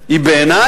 היא בעיני